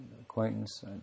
acquaintance